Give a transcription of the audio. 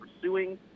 pursuing